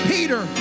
Peter